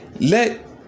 let